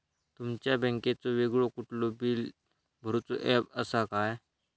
तुमच्या बँकेचो वेगळो कुठलो बिला भरूचो ऍप असा काय?